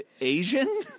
Asian